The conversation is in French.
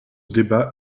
débat